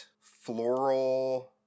floral